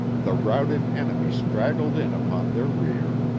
the routed enemy straggled in upon their rear,